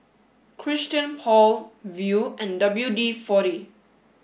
Christian Paul Viu and W D Forty